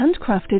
handcrafted